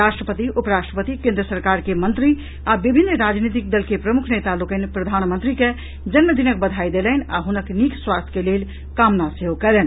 राष्ट्रपति उपराष्ट्रपति केन्द्र सरकार के मंत्री आ विभिन्न राजनीतिक दल के प्रमुख नेता लोकनि प्रधानमंत्री के जन्म दिनक बधाई देलनि आ हुनक नीक स्वास्थ्य के लेल कामना सेहो कयलनि